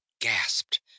gasped